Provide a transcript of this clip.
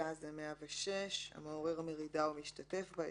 סעיף 106 "מרידה" "המעורר מרידה או משתתף בה".